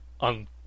on